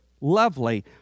lovely